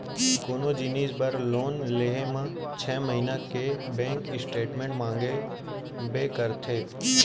कोनो जिनिस बर लोन लेहे म छै महिना के बेंक स्टेटमेंट मांगबे करथे